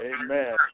Amen